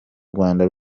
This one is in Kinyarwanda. rwanda